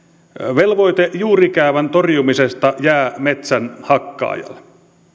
velvoite juurikäävän torjumisesta jää metsänhakkaajalle